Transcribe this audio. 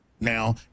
now